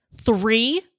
Three